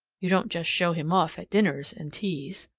you don't just show him off at dinners and teas.